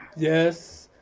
yes.